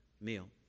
meal